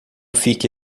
fique